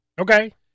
Okay